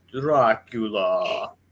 Dracula